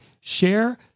share